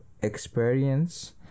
experience